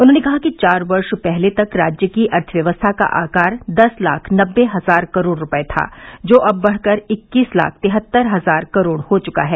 उन्होंने कहा कि चार वर्ष पहले तक राज्य की अर्थव्यवस्था का आकार दस लाख नबे हजार करोड़ रूपए था जो अब बढ़कर इक्कीस लाख तिहत्तर हजार करोड़ हो चुका है